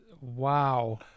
wow